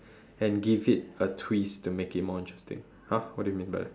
and give it a twist to make it more interesting !huh! what do you mean by